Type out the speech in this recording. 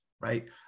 Right